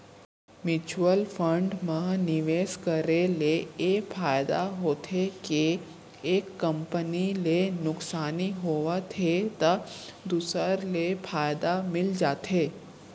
mutual fund म निवेस करे ले ए फायदा होथे के एक कंपनी ले नुकसानी होवत हे त दूसर ले फायदा मिल जाथे